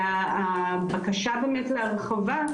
והבקשה באמת להרחבה,